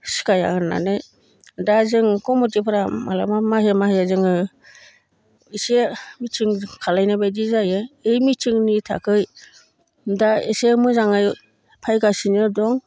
सिखाया होननानै दा जों कमिथिफोरा माब्लाबा माहे माहे जोङो इसे मिथिं खालायनाय बायदि जायो बे मिथिंनि थाखाय दा एसे मोजाङै फैगासिनो दं